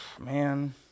Man